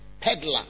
peddler